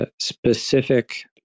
specific